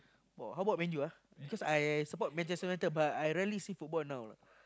!wah! how about Man-U ah because I I support Manchester-United but I rarely see football now lah